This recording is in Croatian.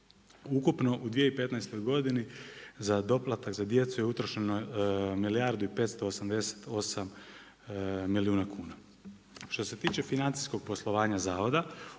Ukupno u 2015. godini za doplatak za djecu je utrošeno milijardu i 588 milijuna kuna. Što se tiče financijskog poslovanja zavoda,